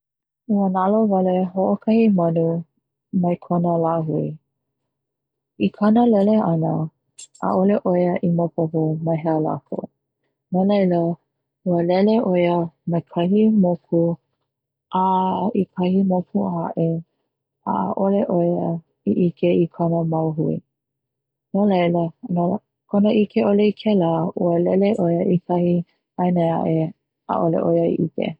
Ua nalowale hoʻokahi manu mai kona lāhui, i kana lele ana ʻaʻole ʻo ia i maopopo mahea lākou, no laila ua lele ʻo ia mai kahi moku a i kahi moku aʻe ʻaʻole ʻo ia i ʻike i kana mau hui, no laila no kona ʻike ʻole kela ua lele ʻo ia kahi ʻaina aʻe ʻaʻole ʻo ia i ʻike.